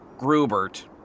Grubert